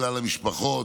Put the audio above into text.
לכלל המשפחות.